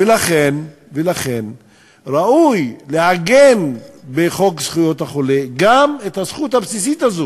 ולכן ראוי לעגן בחוק זכויות החולה גם את הזכות הבסיסית הזו,